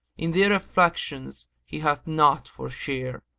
in their affections he hath naught for share